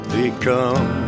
become